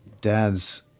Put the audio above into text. dad's